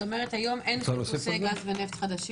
זאת אומרת היום אין חיפושי גז ונפט חדשים?